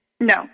No